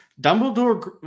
Dumbledore